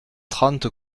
trente